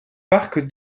parc